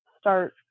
start